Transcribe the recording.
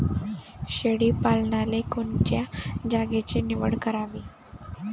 शेळी पालनाले कोनच्या जागेची निवड करावी?